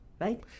Right